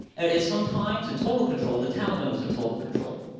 at some times in total control, and the taliban was in total control.